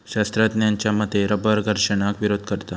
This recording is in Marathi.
शास्त्रज्ञांच्या मते रबर घर्षणाक विरोध करता